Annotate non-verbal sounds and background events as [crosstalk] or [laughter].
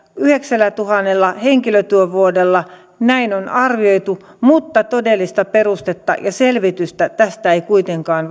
yhdeksällätuhannella henkilötyövuodella näin on arvioitu mutta todellista perustetta ja selvitystä tästä ei kuitenkaan [unintelligible]